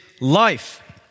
life